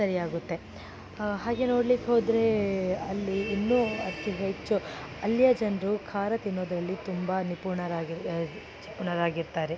ಸರಿ ಆಗುತ್ತೆ ಹಾಗೆ ನೋಡ್ಲಿಕ್ಕೆ ಹೋದರೆ ಅಲ್ಲಿ ಇನ್ನೂ ಅತಿ ಹೆಚ್ಚು ಅಲ್ಲಿಯ ಜನರು ಖಾರ ತಿನ್ನೋದ್ರಲ್ಲಿ ತುಂಬ ನಿಪುಣರಾಗಿ ಜಿಪುಣರಾಗಿರ್ತಾರೆ